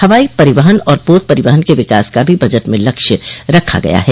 हवाई परिवहन और पोत परिवहन के विकास का भी बजट में लक्ष्य रखा गया है